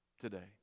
today